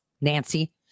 Nancy